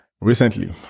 Recently